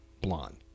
blonde